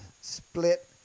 split